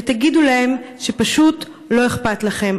ותגידו להן שפשוט לא אכפת לכם.